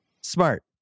Smart